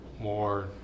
more